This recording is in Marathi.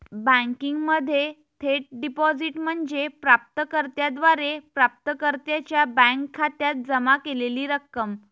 बँकिंगमध्ये थेट डिपॉझिट म्हणजे प्राप्त कर्त्याद्वारे प्राप्तकर्त्याच्या बँक खात्यात जमा केलेली रक्कम